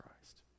Christ